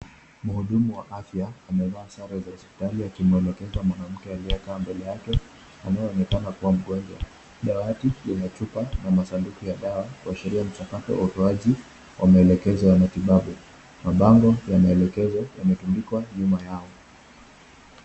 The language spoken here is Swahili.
Mhudumu wa afya amevaa sare za hospitali akimwelekeza mwanamke aliyekaa mbele yake, ambaye anaonekana kuwa mgonjwa. Dawati lenye chupa na masanduku ya dawa, kuashiria mchakato wa utoaji wa maelekezo ya matibabu. Mabango ya maelekezo yametundikwa nyuma yao.